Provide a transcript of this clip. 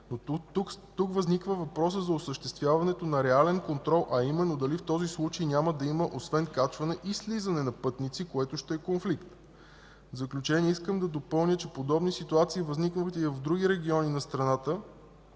тук възниква въпросът за осъществяването на реален контрол, а именно дали в този случай няма да има освен качване и слизане на пътници, което ще е конфликт. В заключение, искам да допълня, че подобни ситуации възникват и в други региони на страната,